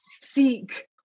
seek